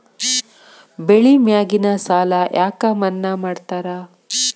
ಬೆಳಿ ಮ್ಯಾಗಿನ ಸಾಲ ಯಾಕ ಮನ್ನಾ ಮಾಡ್ತಾರ?